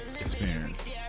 experience